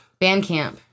Bandcamp